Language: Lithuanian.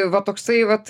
va toksai vat